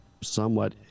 somewhat